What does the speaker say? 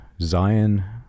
Zion